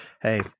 Hey